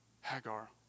Hagar